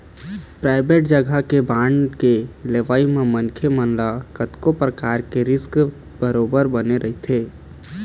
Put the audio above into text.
private जघा के bond के लेवई म मनखे मन ल कतको परकार के रिस्क बरोबर बने रहिथे